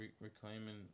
reclaiming